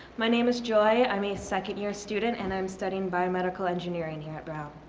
my name is joy. i'm a second year student and i'm studying biomedical engineering here at brown.